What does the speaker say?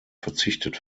verzichtet